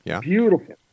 beautiful